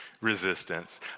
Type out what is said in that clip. Resistance